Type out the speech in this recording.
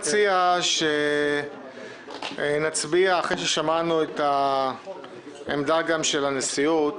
אני מציע שנצביע אחרי ששמענו את העמדה של הנשיאות.